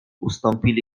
ustąpili